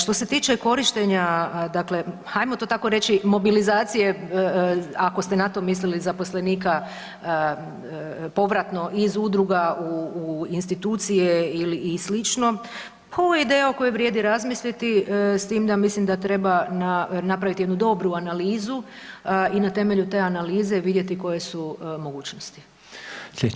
Što se tiče korištenja, dakle hajmo to tako reći mobilizacije ako ste na to mislili zaposlenika povratno iz udruga u, u institucije i slično, to je ideja o kojoj vrijedi razmisliti s tim da mislim da treba na, napraviti jednu dobru analizu i na temelju te analize vidjeti koje su mogućnosti.